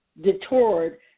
detoured